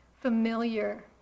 familiar